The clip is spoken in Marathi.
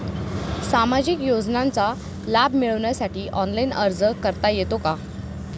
सामाजिक योजनांचा लाभ मिळवण्यासाठी ऑनलाइन अर्ज करता येतो का?